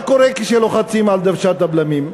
אבל מה קורה כשלוחצים על דוושת הבלמים?